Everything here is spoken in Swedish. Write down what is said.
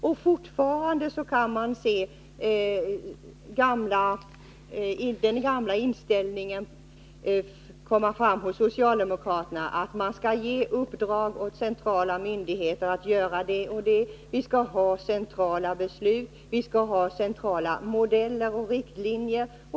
Men fortfarande kan man se den gamla inställningen hos socialdemokraterna, som vill att man skall ge centrala myndigheter i uppdrag att göra det ena och det andra. Man vill ha centrala beslut, centrala modeller och centrala riktlinjer.